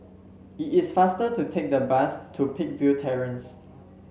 it is faster to take the bus to Peakville Terrace